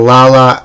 Lala